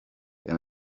and